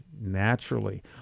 naturally